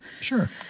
Sure